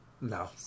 No